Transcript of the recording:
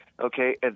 okay